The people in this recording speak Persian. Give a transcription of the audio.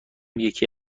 یکی